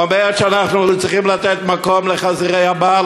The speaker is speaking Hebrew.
אומרת שאנחנו צריכים לתת מקום לחזירי הבר,